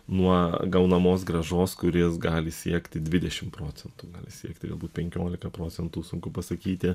nuo gaunamos grąžos kuris gali siekti dvidešim procentų siekti penkiolika procentų sunku pasakyti